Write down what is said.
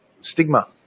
stigma